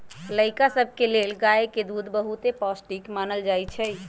लइका सभके लेल गाय के दूध बहुते पौष्टिक मानल जाइ छइ